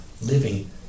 living